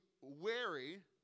wary